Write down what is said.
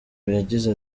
yagize